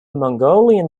mongolian